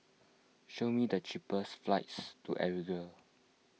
show me the cheapest flights to Algeria